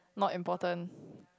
not important